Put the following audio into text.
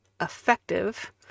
effective